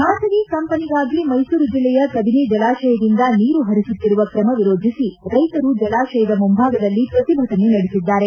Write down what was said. ಖಾಸಗಿ ಕಂಪನಿಗಾಗಿ ಮೈಸೂರು ಜಿಲ್ಲೆಯ ಕಬಿನಿ ಜಲಾಶಯದಿಂದ ನೀರು ಹರಿಸುತ್ತಿರುವ ಕ್ರಮ ವಿರೋಧಿಸಿ ರೈತರು ಜಲಾಶಯದ ಮುಂಭಾಗದಲ್ಲಿ ಪ್ರತಿಭಟನೆ ನಡೆಸಿದ್ದಾರೆ